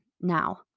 now